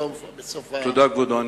תודה, כבודו.